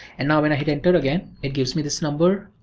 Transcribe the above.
and now when i hit enter again, it gives me this number.